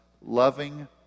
loving